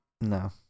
No